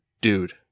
dude